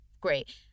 great